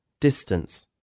Distance